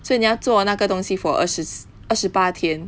所以你要做那个东西 for 二十二十八天